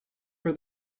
for